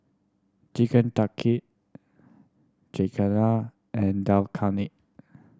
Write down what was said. Chicken Tikki and Dal Khani